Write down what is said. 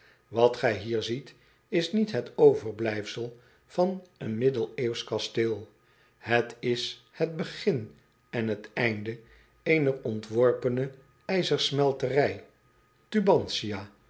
at gij hier ziet is niet het overblijfsel van een middeleeuwsch kasteel het is het begin en het einde eener ontworpene ijzersmelterij u